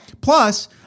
Plus